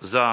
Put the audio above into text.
za